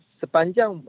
sepanjang